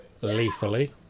lethally